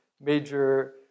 major